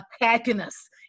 happiness